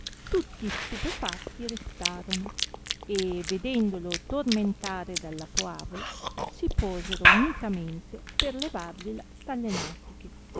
tutti stupefatti restarono e vedendolo tormentare dalla poavola si posero unitamente per levargliela dalle natiche